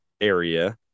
area